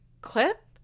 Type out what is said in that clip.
clip